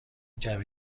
جعبه